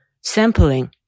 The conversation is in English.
sampling